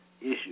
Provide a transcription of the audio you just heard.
issue